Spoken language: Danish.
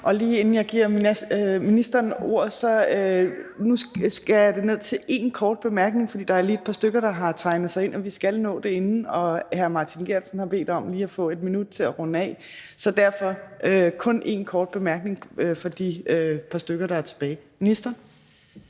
Tak. Inden jeg giver ministeren ordet, vil jeg sige, at jeg skærer ned til én kort bemærkning, for der er lige et par stykker, der har tegnet sig ind. Vi skal nå det inden kl. 15.00, og hr. Martin Geertsen har bedt om at få 1 minut til at runde af, så derfor er der kun én kort bemærkning for de par stykker, der er tilbage. Ministeren.